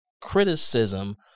criticism